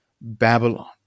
Babylon